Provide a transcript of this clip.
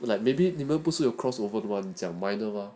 no like maybe 你们不是有 crossover [one] 讲 minor mah